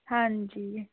ਹਾਂਜੀ